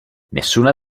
nessuna